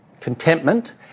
Contentment